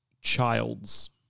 Childs